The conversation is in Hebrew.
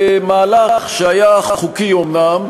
באמצעות מהלך שהיה חוקי אומנם,